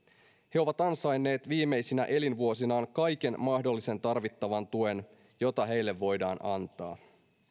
he ovat ansainneet viimeisinä elinvuosinaan kaiken mahdollisen tarvittavan tuen jota heille voidaan antaa